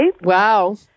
Wow